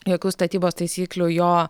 jokių statybos taisyklių jo